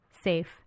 safe